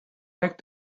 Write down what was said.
back